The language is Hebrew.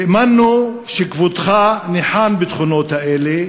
האמנו שכבודך ניחן בתכונות האלה,